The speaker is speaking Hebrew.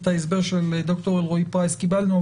את ההסבר של ד"ר אלרועי פרייס קיבלנו,